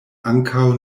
ankaŭ